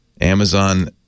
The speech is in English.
Amazon